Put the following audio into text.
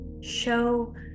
Show